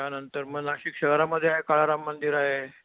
त्यानंतर मग नाशिक शहरामध्ये काळाराम मंदिर आहे